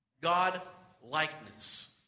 God-likeness